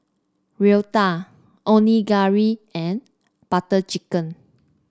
Raita Onigiri and Butter Chicken